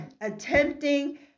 attempting